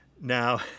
Now